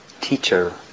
teacher